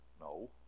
No